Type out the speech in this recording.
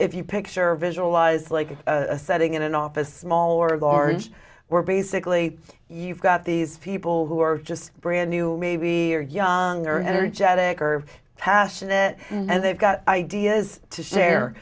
if you picture visualize like a setting in an office small or large we're basically you've got these people who are just brand new maybe are young or energetic or passionate and they've got ideas to share